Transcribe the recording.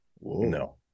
no